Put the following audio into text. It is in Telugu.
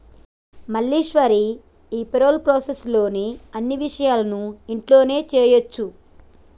మల్లీశ్వరి ఈ పెరోల్ ప్రాసెస్ లోని అన్ని విపాయాలను ఇంట్లోనే చేయొచ్చు